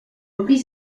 repris